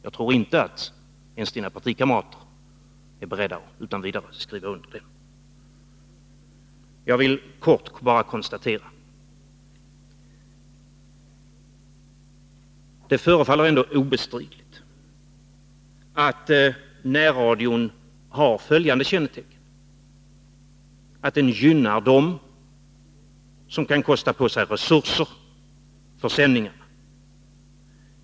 Jag tror att inte ens dina partikamrater är beredda att utan vidare skriva under på den. Jag vill kort bara konstatera, att det förefaller obestridligt att närradio har följande kännetecken: Den gynnar dem som kan kosta på sig resurser för sändning.